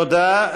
תודה.